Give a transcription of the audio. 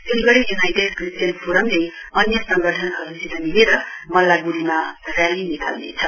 Siliguri united Christian फोरमले अन्य संगठनहरूसित मिलेर मल्लाग्ढ़ीमा रेली निकाल्नेछ